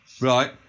right